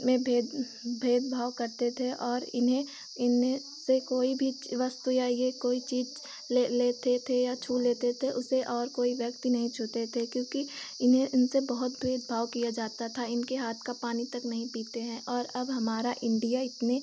में भेद भेदभाव करते थे और इन्हें इन्हें से कोई भी वस्तु या ये कोई चीज़ ले लेते थे या छू लेते थे उसे और कोई व्यक्ति नहीं छूते थे क्योंकि इन्हें इनसे बहुत भेदभाव किया जाता था इनके हाथ का पानी तक नहीं पीते हैं और अब हमारा इण्डिया इतना